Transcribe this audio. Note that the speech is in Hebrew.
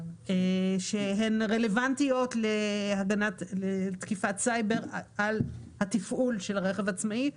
והן רלוונטיות לתקיפת סייבר על התפעול של רכב עצמאי.